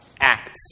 acts